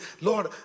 Lord